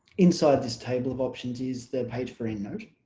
inside this table of options is the page for endnote